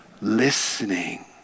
listening